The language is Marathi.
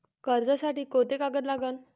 कर्जसाठी कोंते कागद लागन?